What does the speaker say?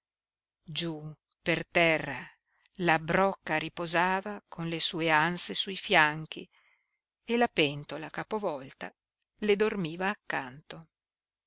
giú per terra la brocca riposava con le sue anse sui fianchi e la pentola capovolta le dormiva accanto